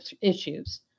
issues